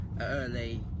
early